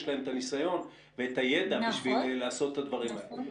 להם את הניסיון ואת הידע כדי לעשות את הדברים האלה.